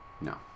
no